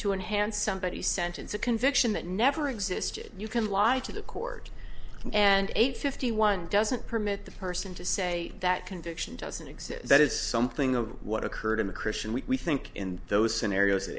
to enhance somebody's sentence a conviction that never existed you can lie to the court and eight fifty one doesn't permit the person to say that conviction doesn't exist that is something of what occurred in a christian we think in those scenarios